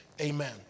Amen